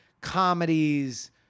comedies